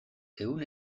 ehun